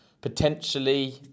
Potentially